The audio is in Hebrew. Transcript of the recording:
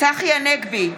צחי הנגבי,